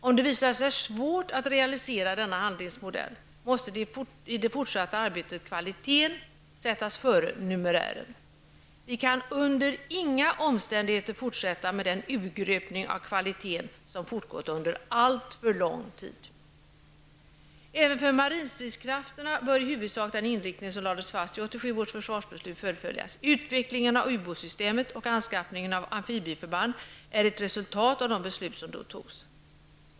Om det visar sig svårt att realisera denna handlingsfrihetsmodell måste kvaliteten sättas före numerären i det fortsatta arbetet. Vi kan under inga omständigheter fortsätta med den urgröpning av kvaliteten som har fortgått under alltför lång tid. Även för marinstridskrafterna bör i huvudsak arbetet med den inriktning som lades fast i 1987 års försvarsbeslut fullföljas. Utvecklingen av ubåtssystemet och anskaffningen av amfibieförband är ett resultat av de beslut som då fattades.